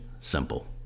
simple